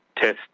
test